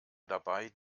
dabei